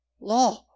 law